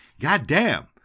goddamn